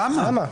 למה?